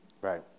right